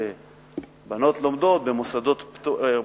בנות לומדות במוסדות פטור,